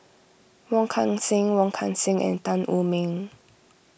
Wong Kan Seng Wong Kan Seng and Tan Wu Meng